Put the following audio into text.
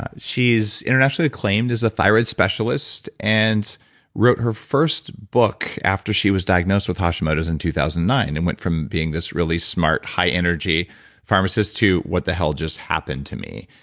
ah she's internationally acclaimed as a thyroid specialist and wrote her first book after she was diagnosed with hashimoto's in two thousand and nine and went from being this really smart, high energy pharmacist to, what the hell just happened to me?